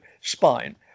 spine